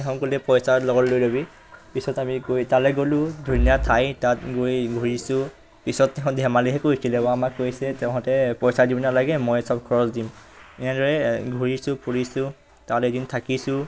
তেওঁ ক'লে পইচাও লগত লৈ ল'বি পিছত আমি গৈ তালৈ গ'লোঁ ধুনীয়া ঠাই তাত গৈ ঘূৰিছোঁ পিছত তেওঁ ধেমালিহে কৰিছিলে বাৰু আমাক কৈছে তহঁতে পইচা দিব নালাগে মই চব খৰচ দিম এনেদৰে ঘূৰিছোঁ ফুৰিছোঁ তাত এদিন থাকিছোঁ